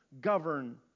govern